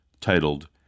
titled